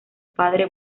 padre